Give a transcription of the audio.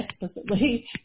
explicitly